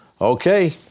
Okay